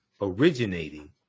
originating